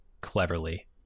cleverly